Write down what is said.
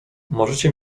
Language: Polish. możecie